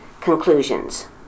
conclusions